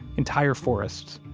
entire forests,